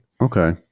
Okay